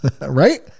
Right